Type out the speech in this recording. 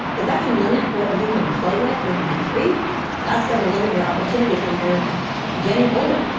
if that can limit what you can play with when you were three that's going to limit your opportunities when you're getting older